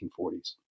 1940s